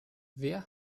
wer